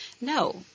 No